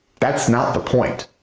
that's not the point.